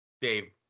Dave